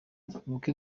ubukwe